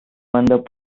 வந்த